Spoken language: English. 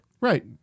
Right